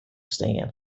steane